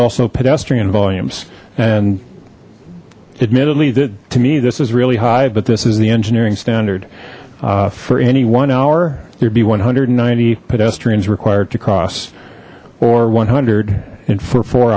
also pedestrian volumes and admittedly that to me this is really high but this is the engineering standard for anyone our there'd be one hundred and ninety pedestrians quiet across or one hundred and four four